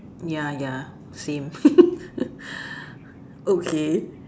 ya ya same okay